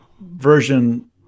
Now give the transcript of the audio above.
version